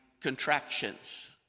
contractions